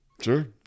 Sure